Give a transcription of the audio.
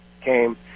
came